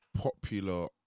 popular